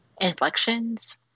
inflections